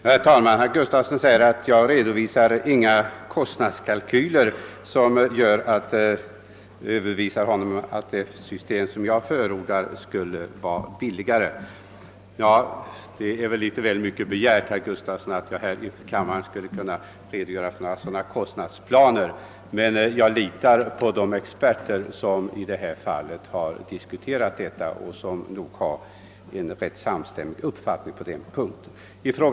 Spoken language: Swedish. Herr talman! Herr Gustafsson i Uddevalla säger att jag inte har redovisat några kostnadskalkyler som kunnat övertyga honom om att det system som jag förordar skulle vara billigare. Men, herr Gustafsson, det är väl för mycket begärt att jag här i kammaren skulle redogöra för sådana kostnadsplaner — jag litar på de experter som har diskuterat dessa och som har en ganska samstämmig uppfattning på den punkten.